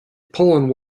poland